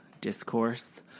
discourse